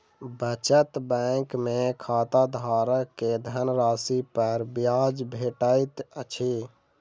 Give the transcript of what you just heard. बचत बैंक में खाताधारक के धनराशि पर ब्याज भेटैत अछि